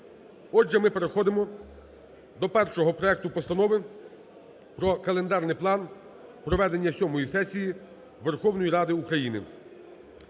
Отже, ми переходимо до першого проекту постанови про календарний план проведення сьомої сесії Верховної Ради України